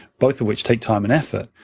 both of which take time and effort.